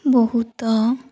ବହୁତ